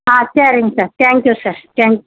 ஆ சரிங்க sir thank you sir thanks